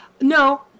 No